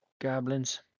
goblins